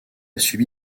subi